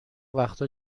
وقتها